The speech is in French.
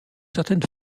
certaines